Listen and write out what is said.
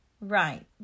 right